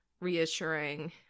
reassuring